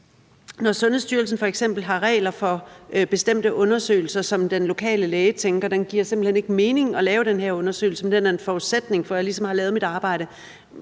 Når Sundhedsstyrelsen f.eks. har regler for bestemte undersøgelser, og den lokale læge tænker, at det simpelt hen ikke giver mening at lave den der undersøgelse, men at den ligesom er en forudsætning for, at lægen har lavet sit arbejde,